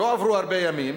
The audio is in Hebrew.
לא עברו הרבה ימים